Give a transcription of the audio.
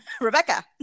Rebecca